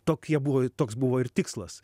tokie buvo toks buvo ir tikslas